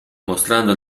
mostrando